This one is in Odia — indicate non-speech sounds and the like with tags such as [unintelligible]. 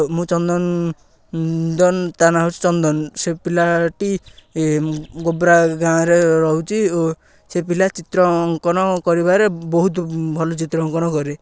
ମୁଁ ଚନ୍ଦନ [unintelligible] ତା ନାଁ ହେଉଛି ଚନ୍ଦନ ସେ ପିଲାଟି ଗୋବ୍ରା ଗାଁରେ ରହୁଛି ଓ ସେ ପିଲା ଚିତ୍ର ଅଙ୍କନ କରିବାରେ ବହୁତ ଭଲ ଚିତ୍ର ଅଙ୍କନ କରେ